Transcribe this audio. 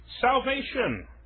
salvation